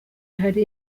hari